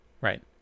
Right